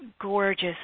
gorgeous